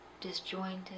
disjointed